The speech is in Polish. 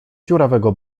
dziurawego